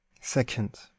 second